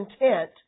intent